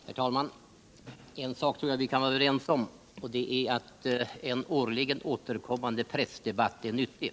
Herr talman! En sak tror jag vi kan vara överens om, och det är att en årligen återkommande pressdebatt är nyttig.